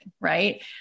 right